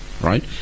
right